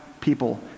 people